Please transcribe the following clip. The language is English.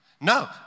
No